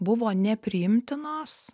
buvo nepriimtinos